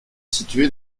située